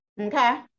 Okay